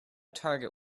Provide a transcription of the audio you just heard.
target